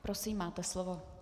Prosím, máte slovo.